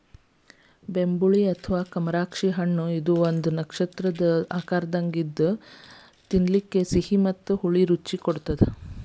ಬೆಂಬುಳಿ ಅಥವಾ ಕಮರಾಕ್ಷಿ ಹಣ್ಣಇದು ಒಂದು ನಕ್ಷತ್ರದ ಆಕಾರದಂಗ ಇದ್ದು ತಿನ್ನಲಿಕ ಸಿಹಿ ಮತ್ತ ಹುಳಿ ರುಚಿ ಕೊಡತ್ತದ